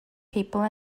people